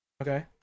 Okay